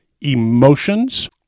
emotions